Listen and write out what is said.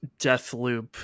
Deathloop